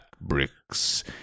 bricks